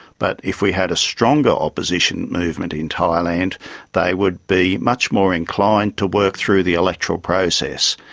but if we had a stronger opposition movement in thailand they would be much more inclined to work through the electoral process.